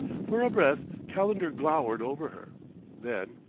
for a breath, calendar glowered over her then,